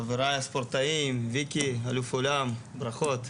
חבריי הספורטאים, ויקי, אלוף עולם, ברכות.